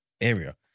area